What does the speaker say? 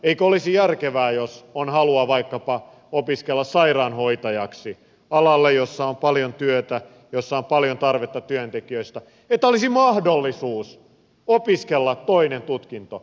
eikö olisi järkevää jos on halua vaikkapa opiskella sairaanhoitajaksi alalle jossa on paljon työtä jossa on paljon tarvetta työntekijöille että olisi mahdollisuus opiskella toinen tutkinto